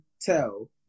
tell